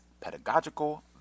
pedagogical